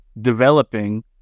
developing